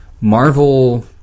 Marvel